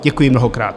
Děkuji mnohokrát.